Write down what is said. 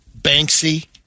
Banksy